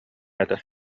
этэ